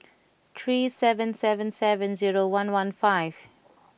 three seven seven seven zero one one five